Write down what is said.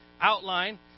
outline